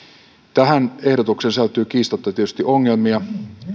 tähän ehdotukseen sisältyy kiistatta tietysti ongelmia